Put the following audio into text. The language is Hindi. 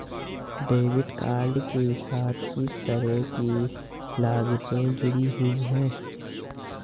डेबिट कार्ड के साथ किस तरह की लागतें जुड़ी हुई हैं?